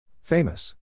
Famous